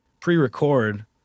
pre-record